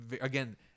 again –